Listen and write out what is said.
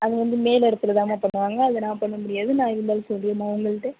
அது வந்து மேலிடத்திலதாம்மா பண்ணுவாங்க அதை நான் பண்ணமுடியாது நான் இருந்தாலும் சொல்லிவிட்றம்மா அவங்கள்ட